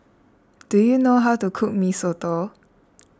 do you know how to cook Mee Soto